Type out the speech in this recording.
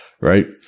Right